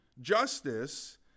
Justice